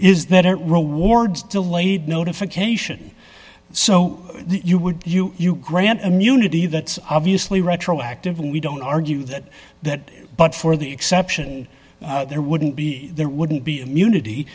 is that it rewards delayed notification so you would you you grant immunity that's obviously retroactive and we don't argue that that but for the exception there wouldn't be there wouldn't be immunity